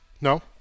No